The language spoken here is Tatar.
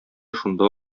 шунда